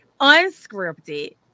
unscripted